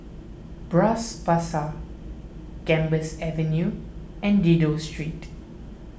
Bras Basah Gambas Avenue and Dido Street